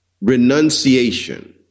renunciation